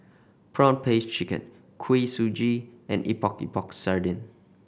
prawn paste chicken Kuih Suji and Epok Epok Sardin